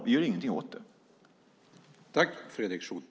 Vi gör ingenting åt det.